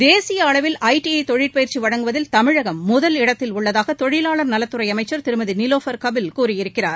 தேசிய அளவில் I T I தொழிற்பயிற்சி வழங்குவதில் தமிழகம் முதலிடத்தில் உள்ளதாக தொழிலாளர் நலத்துறை அமைச்சர் திருமதி நிலோஃபர் கபில் கூறியிருக்கிறார்